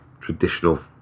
traditional